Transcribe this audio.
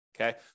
Okay